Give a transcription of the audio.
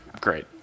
Great